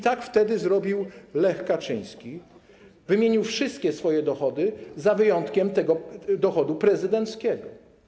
Tak zrobił Lech Kaczyński, wymienił wszystkie swoje dochody z wyjątkiem dochodu prezydenckiego.